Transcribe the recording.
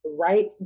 right